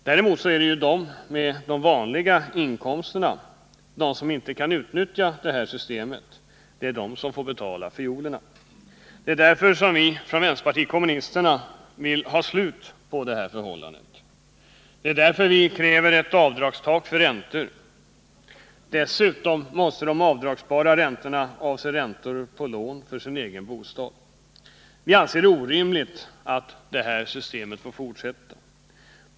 Däremot är det de med vanliga inkomster, de som inte kan utnyttja systemet, som får betala fiolerna. Det är därför som vi från vänsterpartiet kommunisterna vill ha slut på dessa förhållanden. Det är därför vi kräver ett avdragstak för räntor. Dessutom måste de avdragbara räntorna avse lån för egen bostad. Vi anser det orimligt att det nuvarande systemet får fortsätta.